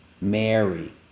Mary